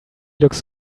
looks